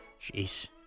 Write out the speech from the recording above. Jeez